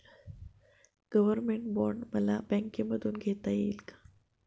Government bond मला बँकेमधून घेता येतात का?